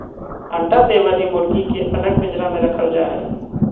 अंडा दे वली मुर्गी के अलग पिंजरा में रखल जा हई